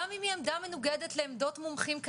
גם אם היא עמדה מנוגדת לעמדות מומחים,